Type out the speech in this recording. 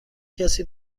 کسی